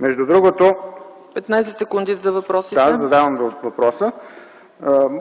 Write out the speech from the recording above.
ЦАЧЕВА: Имате 15 секунди за въпроса. ЛЪЧЕЗАР ТОШЕВ: Да, задавам го.